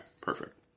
perfect